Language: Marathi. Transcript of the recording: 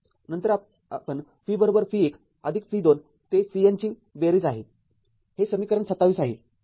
नंतर आपण v v १ आदिक v २ ते v N ची बेरीज आहे हे समीकरण २७ आहे